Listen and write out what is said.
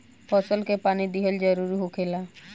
फसल के पानी दिहल जरुरी होखेला